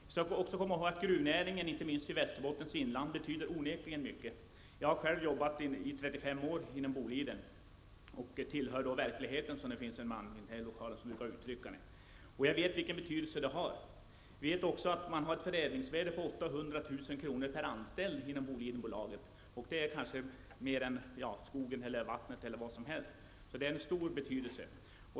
Vi skall också komma ihåg att gruvnäringen betyder mycket, inte minst i Västerbottens inland. Jag har själv i trettiofem år jobbat inom Boliden och tillhör därmed ''verkligheten'', som en man i den här lokalen brukar uttrycka det. Jag vet därför vilken betydelse det har. Jag vet också att man inom kr. per anställd. Det är kanske mer än vad man har inom andra branscher som skogen och liknande.